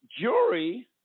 jury